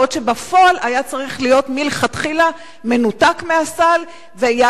בעוד שבפועל זה היה צריך להיות מלכתחילה מנותק מהסל והיה